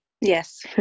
Yes